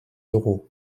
d’euros